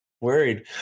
worried